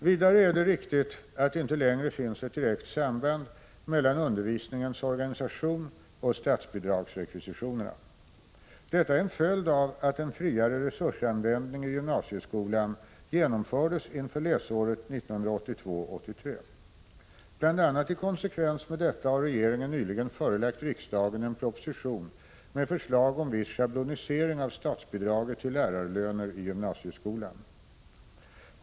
Vidare är det riktigt att det inte längre finns ett direkt samband mellan undervisningens organisation och statsbidragsrekvisitionerna. Det är en följd av att en friare resursanvändning i gymnasieskolan genomfördes inför läsåret 1982/83. Bl. a. i konsekvens med detta har regeringen nyligen förelagt riksdagen en proposition med förslag om en viss schablonisering av statsbidraget till lärarlöner i gymnasieskolan.